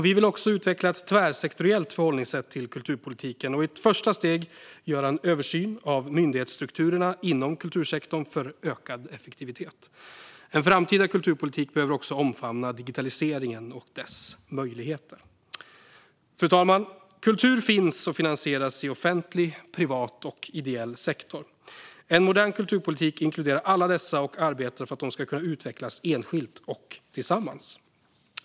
Vi vill också utveckla ett tvärsektoriellt förhållningssätt till kulturpolitiken och i ett första steg göra en översyn av myndighetsstrukturerna inom kultursektorn för ökad effektivitet. En framtida kulturpolitik behöver också omfamna digitaliseringen och dess möjligheter. Fru talman! Kultur finns och finansieras i offentlig, privat och ideell sektor. En modern kulturpolitik inkluderar alla dessa och arbetar för att de ska kunna utvecklas enskilt och tillsammans.